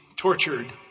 tortured